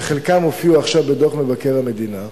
וחלקם הופיעו עכשיו בדוח מבקר המדינה,